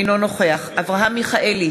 אינו נוכח אברהם מיכאלי,